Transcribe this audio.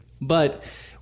but-